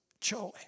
joy